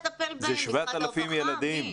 מדובר ב-7,000 ילדים.